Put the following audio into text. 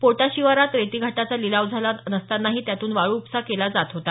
पोटा शिवारात रेती घाटाचा लिलाव झाला नसतांनाही त्यातून वाळू उपसा केला जात होता